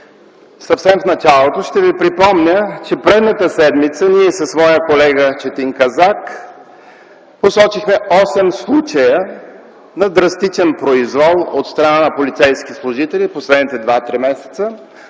Съвсем в началото ще ви припомня, че предишната седмица ние с моя колега господин Казак посочихме осем случая на драстичен произвол от страна на полицейски служители през последните два-три месеца.